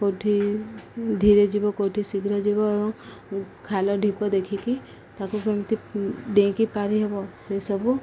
କେଉଁଠି ଧୀରେ ଯିବ କେଉଁଠି ଶୀଘ୍ର ଯିବ ଏବଂ ଖାଲ ଢିପ ଦେଖିକି ତାକୁ କେମିତି ଡେଇଁକି ପାରିହବ ସେସବୁ